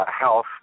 health